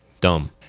Dumb